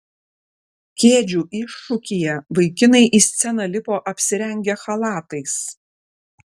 kėdžių iššūkyje vaikinai į sceną lipo apsirengę chalatais